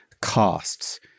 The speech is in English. costs